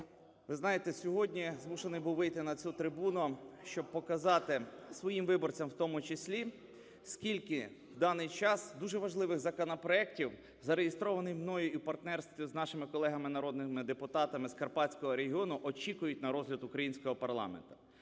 Ви знаєте, сьогодні змушений був вийти на цю трибуну, щоб показати своїм виборцям у тому числі, скільки в даний час дуже важливих законопроектів, зареєстрованих мною в партнерстві з нашими колегами народними депутатами з Карпатського регіону очікують на розгляд українського парламенту.